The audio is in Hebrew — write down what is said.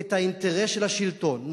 את האינטרס של השלטון,